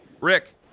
Rick